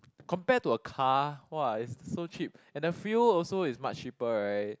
compared to a car !wah! it's so cheap and the fuel also is much cheaper right